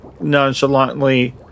nonchalantly